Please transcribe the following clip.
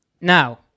Now